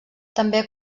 també